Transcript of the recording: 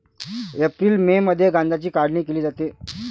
April May मध्ये गांजाची काढणी केली जाते